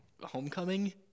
Homecoming